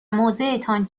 موضعتان